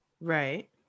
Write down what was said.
right